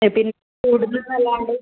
അതിൽ കൂടുന്നുവെന്ന് അല്ലാണ്ട്